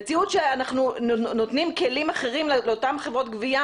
שאנחנו נותנים כלים אחרים לאותן חברות גבייה